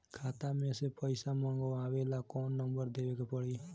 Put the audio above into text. खाता मे से पईसा मँगवावे ला कौन नंबर देवे के पड़ी?